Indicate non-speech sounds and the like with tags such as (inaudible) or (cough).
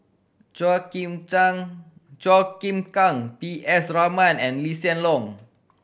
Chua Chim (unintelligible) Chua Chim Kang P S Raman and Lee Hsien Loong